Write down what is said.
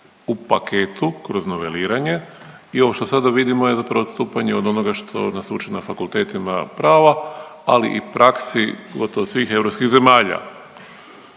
u paketu kroz noveliranje i ovo što sada vidimo je zapravo odstupanje od onoga što nas uče na fakultetima prava, ali i praksi gotovo svih europskih zemalja.